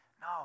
no